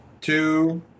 two